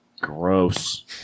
Gross